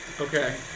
Okay